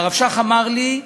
והרב שך אמר לי: